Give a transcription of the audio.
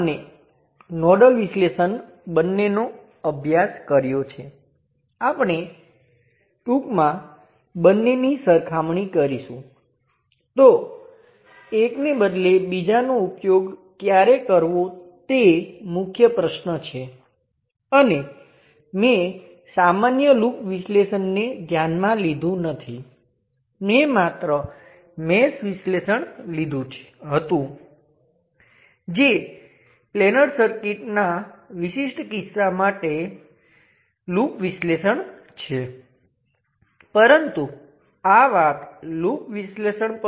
અને વોલ્ટેજ સ્ત્રોત અથવા કરંટસ્ત્રોતનું મૂલ્ય એ ઘટકમાં હાજર રહેલા વોલ્ટેજ અથવા કરંટ જેટલું જ હોવું જોઈએ તે વોલ્ટેજ સ્ત્રોતનું મૂલ્ય સમગ્ર ઘટક પરનાં વોલ્ટેજ જેટલું હોવું જોઈએ અથવા કરંટસ્ત્રોત મૂલ્ય ઘટક પરનાં કરંટ જેટલું હોવું જોઈએ તેથી તે સબસ્ટીટ્યુશન થિયર્મ છે